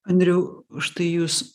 andriau štai jūs